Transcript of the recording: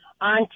on